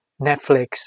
Netflix